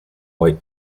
white